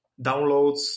downloads